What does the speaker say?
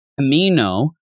Amino